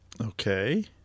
Okay